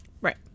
Right